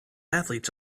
athletes